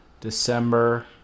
December